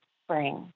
spring